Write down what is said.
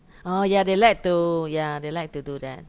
orh yeah they like to yeah they like to do that